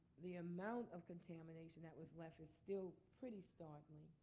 the amount of contamination that was left is still pretty startling.